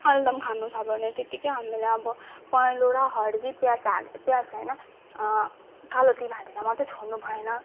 आलुदम खानु छ भने त्यत्तिकै हामीले अब पहेँलो र हर्दी प्याज हाल् प्याज होइन कालो तिल हालेर मत्तै छोड्नु भएन